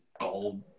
gold